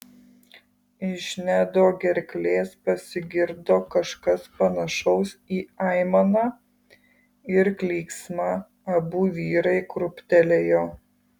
iš nedo gerklės pasigirdo kažkas panašaus į aimaną ir klyksmą abu vyrai krūptelėjo